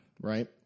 right